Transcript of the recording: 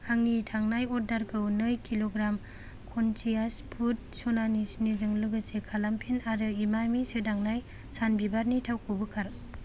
आंनि थांनाय अर्डारखौ नै किल'ग्राम कन्सियास फुद सनानि सिनिजों लोगोसे खालामफिन आरो इमामि सोदांनाय सानबिबारनि थावखौ बोखार